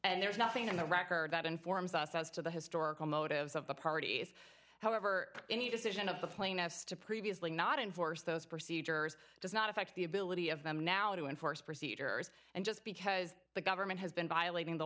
and there is nothing in the record that informs us as to the historical motives of the parties however any decision of the plaintiffs to previously not enforce those procedures does not affect the ability of them now to enforce procedures and just because the government has been violating the